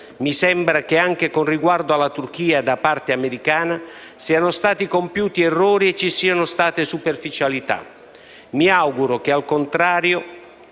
Mi sembra che, anche con riguardo alla Turchia, da parte americana siano stati compiuti errori e ci siano state superficialità. Mi auguro che, al contrario